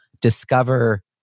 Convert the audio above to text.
discover